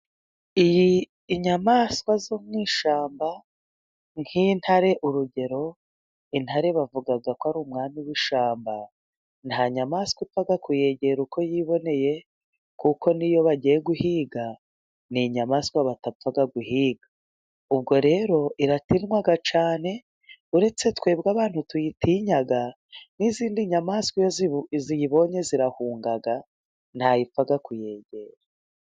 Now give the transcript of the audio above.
Iyi nyamaswa yo mu ishyamba nk'intare urugero, intare bavuga ko ari umwami w'ishyamba nta nyamaswa ipfa kuyegera uko yiboneye, kuko n'iyo bagiye guhiga ni inyamaswa batapfa guhiga, ubwo rero iratinywaga cyane uretse twebwe abantu tuyitinya n'izindi nyamaswa iyo ziyibonye zirahunga, ntayipfa kuyegera.